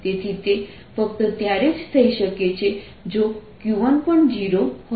તેથી તે ફક્ત ત્યારે જ થઈ શકે છે જો Q1પણ 0 હોય